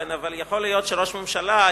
אבל יכול להיות שראש ממשלה,